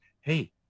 hey